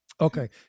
Okay